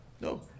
No